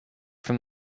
from